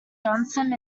johnson